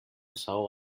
saó